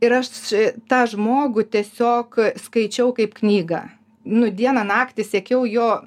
ir aš tą žmogų tiesiog skaičiau kaip knygą nu dieną naktį sekiau jo